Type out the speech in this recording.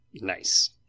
Nice